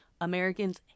Americans